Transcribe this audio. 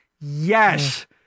Yes